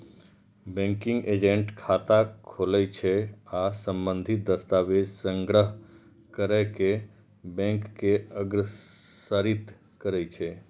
banking agent खाता खोलै छै आ संबंधित दस्तावेज संग्रह कैर कें बैंक के अग्रसारित करै छै